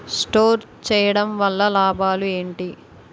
Store చేయడం వల్ల లాభాలు ఏంటి?